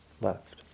Left